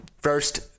First